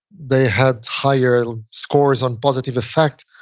they had higher scores on positive effect.